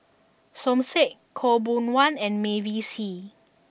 Som Said Khaw Boon Wan and Mavis Hee